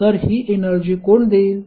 तर ही एनर्जी कोण देईल